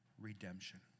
redemption